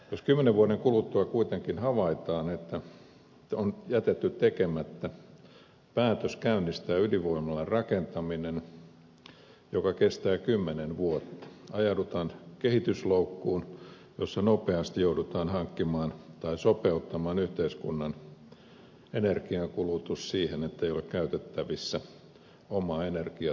jos kymmenen vuoden kuluttua kuitenkin havaitaan että on jätetty tekemättä päätös käynnistää ydinvoimalan rakentaminen joka kestää kymmenen vuotta ajaudutaan kehitysloukkuun jossa nopeasti joudutaan sopeuttamaan yhteiskunnan energiankulutus siihen ettei ole käytettävissä omaa energiantuotantoa